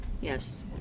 Yes